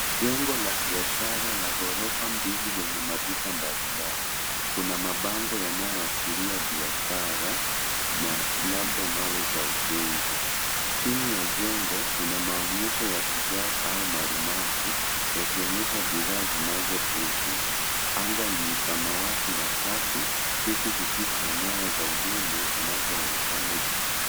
Jengo la biashara la ghorofa mbili lenye maduka mbalimbali. Kuna mabango yanayoashiria biashara na labda mawe za ujenzi. Chini ya jengo, kuna maonyesho ya vigae au marumaru yakionyesha bidhaa zinazouzwa. Anga ni samawati na safi huku kukiwa na nyaya za umeme zinazoonekana juu.